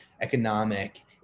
economic